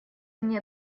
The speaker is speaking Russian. мне